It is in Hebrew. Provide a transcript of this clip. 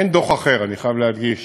אין דוח אחר, אני חייב להדגיש,